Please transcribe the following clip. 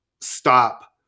stop